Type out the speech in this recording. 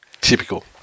Typical